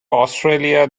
australia